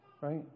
Right